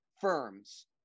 firms